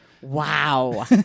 Wow